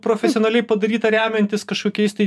profesionaliai padarytą remiantis kažkokiais tai